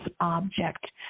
object